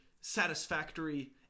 satisfactory